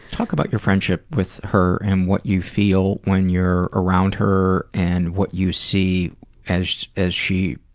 talk about your friendship with her and what you feel when you're around her and what you see as as she